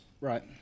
Right